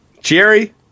Jerry